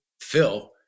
Phil